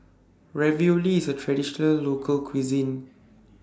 Ravioli IS A Traditional Local Cuisine